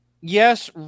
Yes